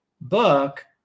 book